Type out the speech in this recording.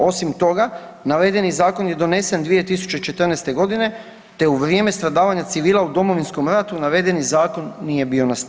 Osim toga, navedeni zakon je donesen 2014. g. te u vrijeme stradavanja civila u Domovinskom ratu navedeni zakon nije bio na snazi.